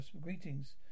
greetings